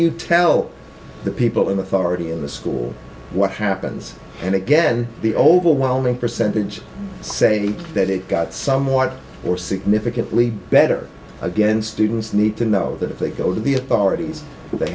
you tell the people in authority in the school what happens and again the overwhelming percentage say that it got somewhat or significantly better again students need to know that if they go to the authorities